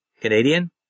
Canadian